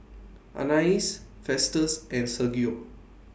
Anais Festus and Sergio